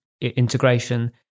integration